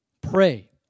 Pray